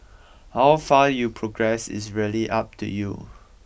how far you progress is really up to you